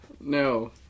No